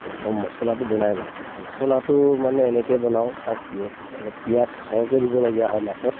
প্ৰথম মচলাটো বনাই লওঁ মছলাটো মানে এনেকৈ বনাওঁ তাত পি অলপ পিঁয়াজ সৰহকৈ দিবলগীয়া হয় মাছত